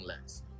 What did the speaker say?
less